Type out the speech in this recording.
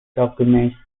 documents